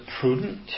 prudent